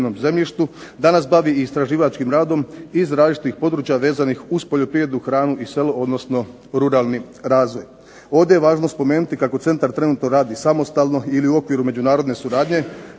danas bavi istraživačkim radom iz različitih područja vezanih uz poljoprivredu, hranu i selo, odnosno ruralni razvoj. Ovdje je važno spomenuti kako centar trenutno radi samostalno ili u okviru međunarodne suradnje,